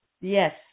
Yes